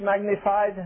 magnified